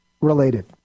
related